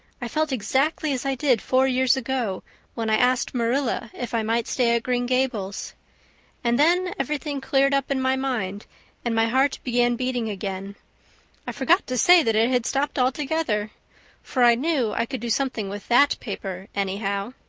i felt exactly as i did four years ago when i asked marilla if i might stay at green gables and then everything cleared up in my mind and my heart began beating again i forgot to say that it had stopped altogether for i knew i could do something with that paper anyhow.